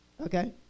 okay